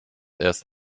erst